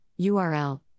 url